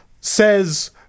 says